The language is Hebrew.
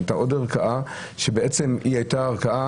הייתה עוד ערכאה שבעצם הייתה הערכאה